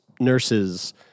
nurses